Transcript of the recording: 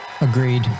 Agreed